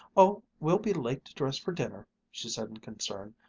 oh, we'll be late to dress for dinner, she said in concern,